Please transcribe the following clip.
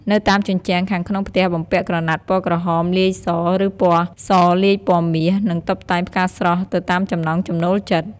នៅតាមជញ្ជាំងខាងក្នុងផ្ទះបំពាក់ក្រណាត់ពណ៌ក្រហមលាយសរ ឬពណ៌សលាយពណ៌មាស និងតុបតែងផ្កាស្រស់ ទៅតាមចំណង់ចំណូលចិត្ត។